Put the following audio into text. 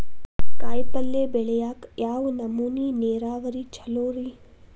ಕಾಯಿಪಲ್ಯ ಬೆಳಿಯಾಕ ಯಾವ ನಮೂನಿ ನೇರಾವರಿ ಛಲೋ ರಿ?